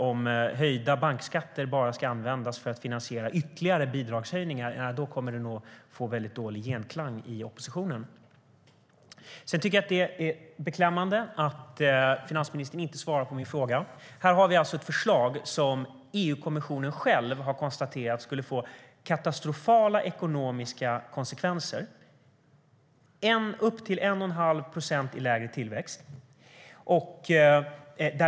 Om höjda bankskatter bara ska användas för att finansiera ytterligare bidragshöjningar kommer det nog att få dålig genklang i oppositionen. Sedan tycker jag att det är beklämmande att finansministern inte svarar på min fråga. Här har vi alltså ett förslag som EU-kommissionen själv har konstaterat skulle få katastrofala ekonomiska konsekvenser - upp till 1 1⁄2 procent i lägre tillväxt.